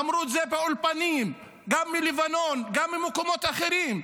אמרו את זה באולפנים גם בלבנון, גם במקומות אחרים,